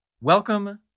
Welcome